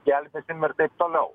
gelbėsim ir taip toliau